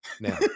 Now